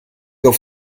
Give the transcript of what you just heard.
auf